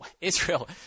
Israel